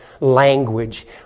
language